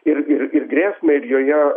ir ir ir grėsmę ir joje